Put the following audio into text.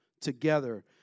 together